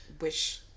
wish